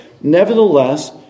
nevertheless